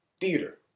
theater